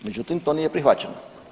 Međutim, to nije prihvaćeno.